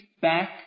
back